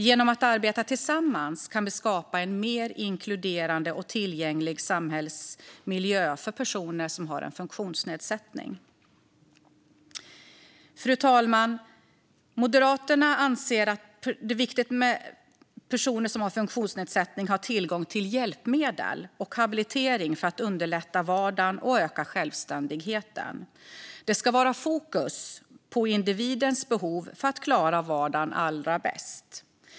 Genom att arbeta tillsammans kan vi skapa en mer inkluderande och tillgänglig samhällsmiljö för personer som har en funktionsnedsättning. Fru talman! Moderaterna anser att det är viktigt att personer med funktionsnedsättning har tillgång till hjälpmedel och habilitering för att underlätta vardagen och öka självständigheten. Det ska vara fokus på individens behov för att denne ska klara vardagen allra bäst.